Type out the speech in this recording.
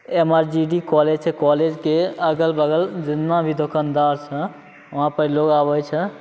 M R G D college छै कॉलेजके अगल बगल जतना भी दुकानदारसे वहाँपर लोक आबै छै